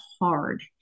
hard